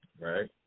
Right